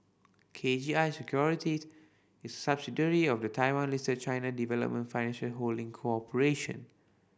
K G I Securities is a subsidiary of the Taiwan Listed China Development Financial Holding Corporation